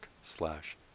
slash